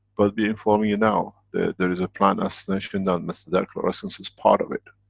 but, we inform you now, there there is a planned assassination and mr dirk laureyssens is part of it.